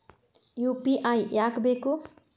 UPI ಯಾಕ್ ಬೇಕು?